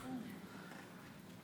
תודה.